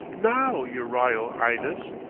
now, yer r'yal ighness,